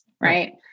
right